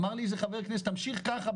אמר לי חבר כנסת תמשיך ככה,